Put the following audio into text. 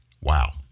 Wow